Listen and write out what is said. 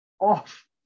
off